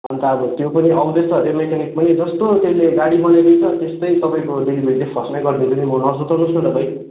अन्त अब त्यो पनि आउँदै छ अरे त्यो म्याकेनिक पनि जस्तो त्यसले गाडी बनाइदिन्छ त्यस्तै तपाईँको डेलिभरी चाहिँ फर्स्टमै गरिदिन्छु नि म नसुर्ताउनु होस् न तपाईँ